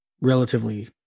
relatively